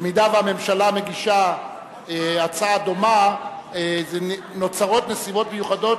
במידה שהממשלה מגישה הצעה דומה נוצרות נסיבות מיוחדות